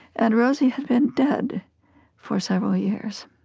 and rosie had been dead for several years,